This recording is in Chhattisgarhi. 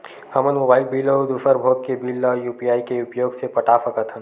हमन मोबाइल बिल अउ दूसर भोग के बिल ला यू.पी.आई के उपयोग से पटा सकथन